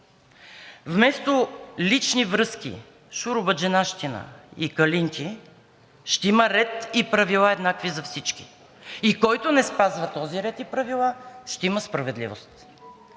вместо лични връзки, шуробаджанащина и калинки ще има ред и правила, еднакви за всички, и за който не спазва този ред и правила, ще има справедливост,